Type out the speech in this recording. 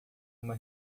uma